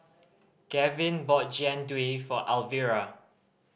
Gavyn bought Jian Dui for Alvira